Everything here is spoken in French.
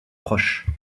proche